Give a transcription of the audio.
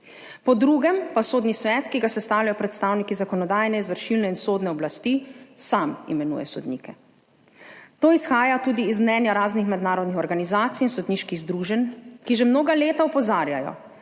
Po drugem pa sodni svet, ki ga sestavljajo predstavniki zakonodajne, izvršilne in sodne oblasti, sam imenuje sodnike. To izhaja tudi iz mnenja raznih mednarodnih organizacij in sodniških združenj, ki že mnoga leta opozarjajo,